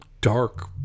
dark